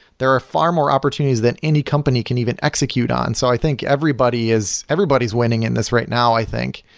there are far more opportunities than any company can even execute on. so i think everybody is everybody is winning in this right now, i think.